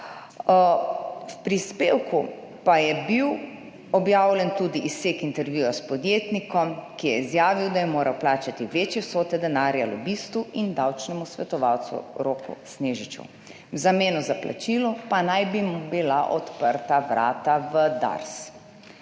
V prispevku pa je bil objavljen tudi izsek intervjuja s podjetnikom, ki je izjavil, da je moral plačati večje vsote denarja lobistu in davčnemu svetovalcu Roku Snežiču, v zameno za plačilo, pa naj bi mu bila odprta vrata v Dars.